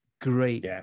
great